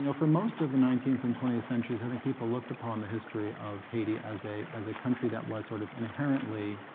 you know for most of the nineteenth and twentieth centuries, i think people looked upon the history of haiti as a as a country that was sort of inherently